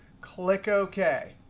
click ok.